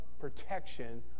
protection